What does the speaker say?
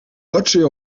oczy